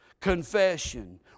confession